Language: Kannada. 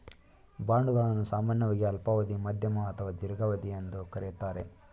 ಬಾಂಡ್ ಗಳನ್ನು ಸಾಮಾನ್ಯವಾಗಿ ಅಲ್ಪಾವಧಿ, ಮಧ್ಯಮ ಅಥವಾ ದೀರ್ಘಾವಧಿ ಎಂದು ಕರೆಯುತ್ತಾರೆ